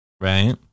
Right